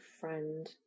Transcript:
friend